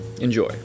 Enjoy